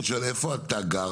סליחה שאני שואל, איפה אתה גר?